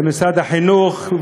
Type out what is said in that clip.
משרד החינוך,